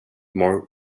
more